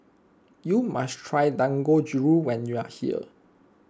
you must try Dangojiru when you are here